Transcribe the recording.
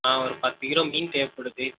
ஆ ஒரு பத்து கிலோ மீன் தேவைப்படுது